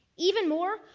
even more,